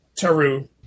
Taru